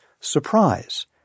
surprise